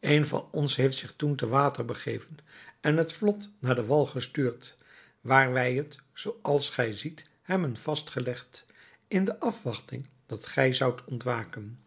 een van ons heeft zich toen te water begeven en het vlot naar den wal gestuurd waar wij het zoo als gij ziet hebben vastgelegd in afwachting dat gij zoudt ontwaken